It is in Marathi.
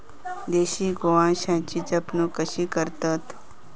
देशी गोवंशाची जपणूक कशी करतत?